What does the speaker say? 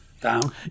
down